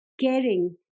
caring